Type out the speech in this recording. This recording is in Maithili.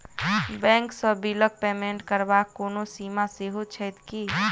बैंक सँ बिलक पेमेन्ट करबाक कोनो सीमा सेहो छैक की?